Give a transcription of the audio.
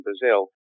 Brazil